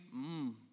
Mmm